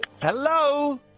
Hello